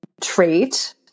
trait